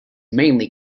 mainly